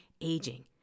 aging